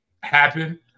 happen